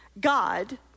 God